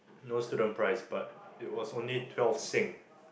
no student price but it was only twelve Sing